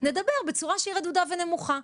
נדבר בצורה שהיא רדודה ונמוכה.